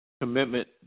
commitment